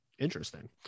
interesting